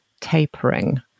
tapering